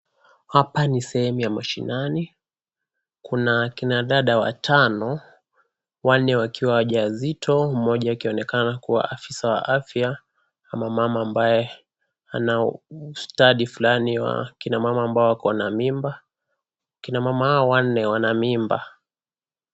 Hapa ni sehemu ya mashinani kuna kina wadada watano wale wakiwa wajawazito mmoja akionekana kuwa afisaa wa afya ama mama ambaye Ana ustadi fulani wa kina mama ambao wako na mimba kina mama hao wanne wana mimba .